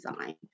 design